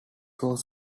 was